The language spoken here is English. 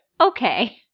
Okay